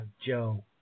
Joe